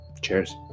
Cheers